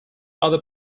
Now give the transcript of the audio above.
other